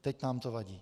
Teď nám to vadí.